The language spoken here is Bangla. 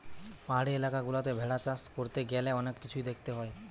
পাহাড়ি এলাকা গুলাতে ভেড়া চাষ করতে গ্যালে অনেক কিছুই দেখতে হয়